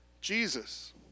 Jesus